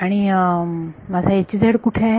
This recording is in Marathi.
आणि माझा कुठे आहे